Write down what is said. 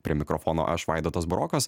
prie mikrofono aš vaidotas burokas